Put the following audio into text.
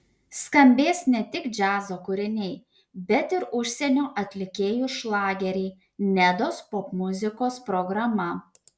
skambės ne tik džiazo kūriniai bet ir užsienio atlikėjų šlageriai nedos popmuzikos programa